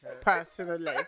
personally